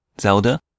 Zelda